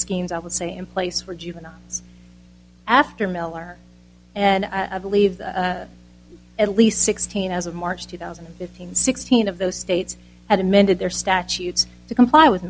schemes i would say in place for juveniles after miller and i believe at least sixteen as of march two thousand and fifteen sixteen of those states had amended their statutes to comply with